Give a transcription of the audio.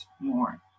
more